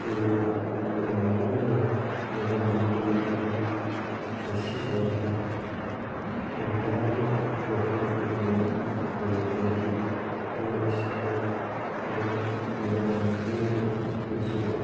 ꯂꯨꯅ ꯌꯥꯝꯅ ꯂꯨꯝꯅ ꯂꯧꯔꯝꯕꯅ ꯃꯔꯝ ꯑꯣꯏꯔꯒ ꯉꯁꯤꯐꯥꯎꯕꯗ ꯏꯟꯗꯤꯌꯥꯒꯤ ꯃꯐꯝ ꯈꯨꯗꯤꯡꯃꯛꯇ ꯃꯅꯤꯄꯨꯔꯒꯤ ꯂꯣꯟ ꯑꯁꯤꯕꯨ ꯑꯗꯨꯃꯛ ꯃꯤꯌꯥꯝꯅ ꯈꯪꯅꯔꯤ ꯑꯃꯁꯨꯡ